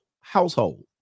household